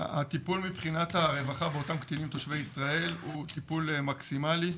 הטיפול מבחינת הרווחה באותם קטינים תושבי ישראל הוא טיפול מקסימלי.